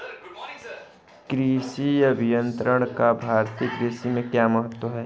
कृषि अभियंत्रण का भारतीय कृषि में क्या महत्व है?